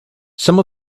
some